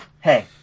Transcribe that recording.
Hey